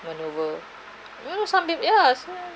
maneuver you know some ya